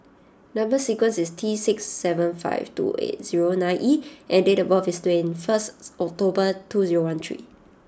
number sequence is T six seven five two eight zero nine E and date of birth is twenty first October two zero one three